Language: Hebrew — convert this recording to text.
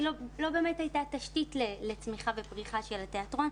לא באמת הייתה תשתית לצמיחה ופריחה של התיאטרון.